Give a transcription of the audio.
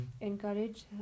Encourage